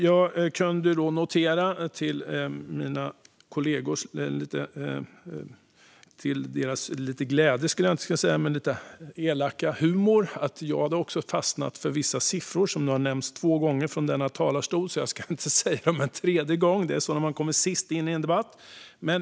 Jag kunde notera till mina kollegors lite elaka humor att också jag fastnat för vissa siffror som nu har nämnts två gånger från denna talarstol, så jag ska inte säga dem en tredje gång. Det är så när man kommer sist in i en debatt.